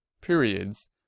periods